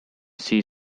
sea